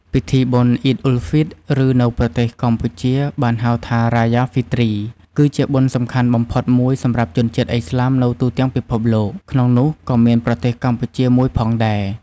ពិធីបុណ្យ អ៊ីឌអ៊ុលហ្វីត ឬ នៅប្រទេសកម្ពុជាបានហៅថា រ៉ាយ៉ា ហ្វីទ្រី គឺជាបុណ្យសំខាន់បំផុតមួយសម្រាប់ជនជាតិឥស្លាមនៅទូទាំងពិភពលោក ក្នុងនោះក៏មានប្រទេសកម្ពុជាមួយផងដែរ។